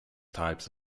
types